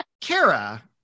Kara